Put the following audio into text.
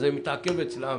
זה מתעכב אצלם.